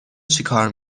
چیکار